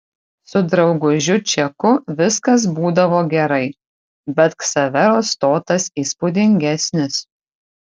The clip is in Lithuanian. su draugužiu čeku viskas būdavo gerai bet ksavero stotas įspūdingesnis